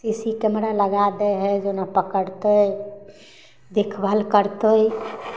C C camera लगा दै है जाहिमे पकड़तै देखभाल करतै